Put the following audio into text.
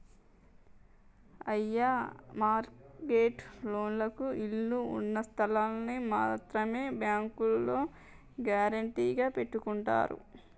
అయ్యో mortgage లోన్లకు ఇళ్ళు ఉన్నస్థలాల్ని మాత్రమే బ్యాంకోల్లు గ్యారెంటీగా పెట్టుకుంటారు